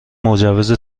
مجوز